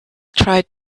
tried